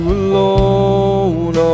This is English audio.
alone